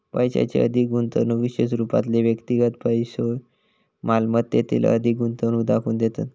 पैशाची अधिक गुंतवणूक विशेष रूपातले व्यक्तिगत पैशै मालमत्तेतील अधिक गुंतवणूक दाखवून देतत